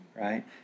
right